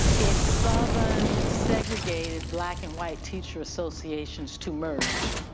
its southern segregated black and white teacher associations to merge.